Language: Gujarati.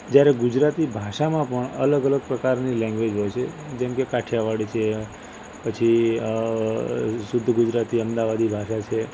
જયારે ગુજરાતી ભાષામાં પણ અલગ અલગ પ્રકારની લૅન્ગવેજ હોય છે જેમ કે કાઠિયાવાડી છે પછી શુદ્ધ ગુજરાતી અમદાવાદી ભાષા છે